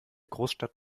großstadt